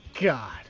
God